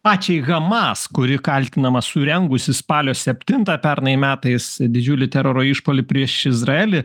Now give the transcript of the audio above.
pačiai hamas kuri kaltinama surengusi spalio septintą pernai metais didžiulį teroro išpuolį prieš izraelį